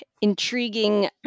intriguing